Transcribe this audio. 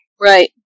Right